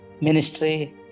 ministry